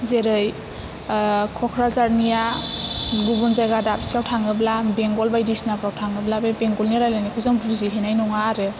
जेरै ओह कक्राझारनिया गुबुन जायगा दाबसेयाव थाङोब्ला बेंगल बायदिसिनाफ्राव थाङोब्ला बे बेंगलनि रायलायनायखौ जों बुजिहैनाय नङा आरो